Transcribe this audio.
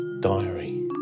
diary